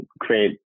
create